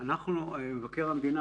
מבקר המדינה,